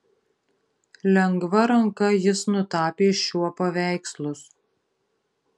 lengva ranka jis nutapė šiuo paveikslus